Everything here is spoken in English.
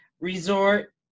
resort